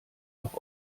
doch